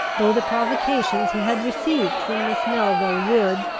though the provocations he had received from miss melville would,